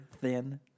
thin